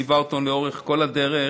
שליווה אותנו לאורך כל הדרך,